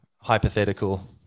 Hypothetical